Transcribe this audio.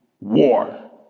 war